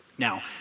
Now